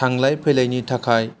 थांलाय फैलायनि थाखाय